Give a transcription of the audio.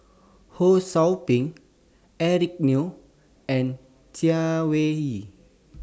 Ho SOU Ping Eric Neo and Chay Weng Yew